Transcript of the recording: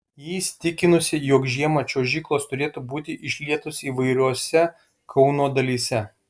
ji įsitikinusi jog žiemą čiuožyklos turėtų būti išlietos įvairiose kauno dalyse